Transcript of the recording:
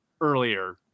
earlier